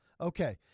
okay